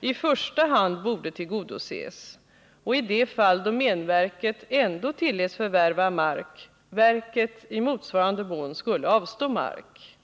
i första hand borde tillgodoses och att, i de fall då domänverket ändå tilläts förvärva mark, verket i motsvarande mån skulle avstå mark.